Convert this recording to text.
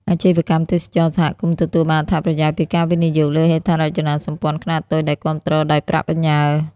អាជីវកម្មទេសចរណ៍សហគមន៍ទទួលបានអត្ថប្រយោជន៍ពីការវិនិយោគលើហេដ្ឋារចនាសម្ព័ន្ធខ្នាតតូចដែលគាំទ្រដោយប្រាក់បញ្ញើ។